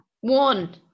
one